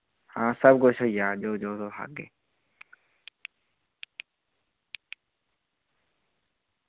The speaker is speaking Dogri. हां सब कुछ होई जाग जो जो तुस आक्खगे